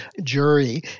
jury